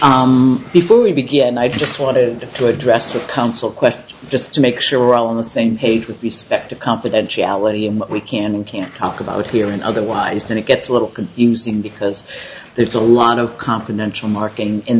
ok before we begin i just wanted to address the council question just to make sure we're all on the same page with respect to confidentiality and what we can and can't talk about here and otherwise and it gets a little confusing because there's a lot of confidential marking in